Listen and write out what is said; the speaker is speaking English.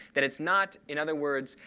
that it's not, in other words,